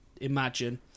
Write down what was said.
imagine